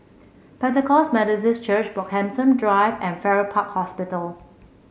Pentecost Methodist Church Brockhampton Drive and Farrer Park Hospital